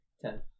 Ten